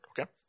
okay